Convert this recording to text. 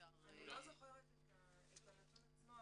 אני לא זוכרת את הנתון עצמו,